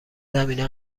زمینه